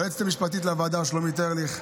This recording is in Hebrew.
ליועצת המשפטית של הוועדה שלומית ארליך,